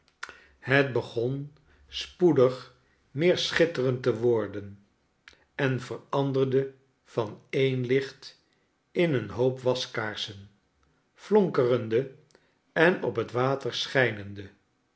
het begon spoedig meer schitterend te worden en veranderde van en licht in een hoop waskaarsen tlonkerende en op het water schijnende